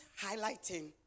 highlighting